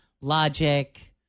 logic